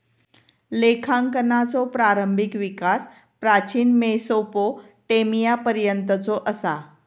लेखांकनाचो प्रारंभिक विकास प्राचीन मेसोपोटेमियापर्यंतचो असा